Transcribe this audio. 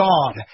God